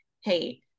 hey